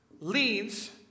leads